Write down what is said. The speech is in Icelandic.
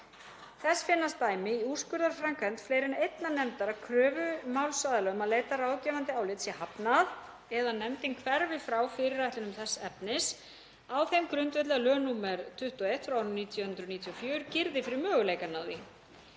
Þess finnast dæmi í úrskurðarframkvæmd fleiri en einnar nefndar að kröfu málsaðila um að leita ráðgefandi álits sé hafnað eða nefndin hverfi frá fyrirætlunum þess efnis á þeim grundvelli að lög nr. 21/1994 girði fyrir möguleikann á því.